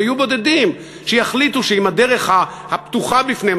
זה יהיו בודדים שיחליטו שאם הדרך הפתוחה בפניהם,